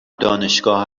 دانشگاه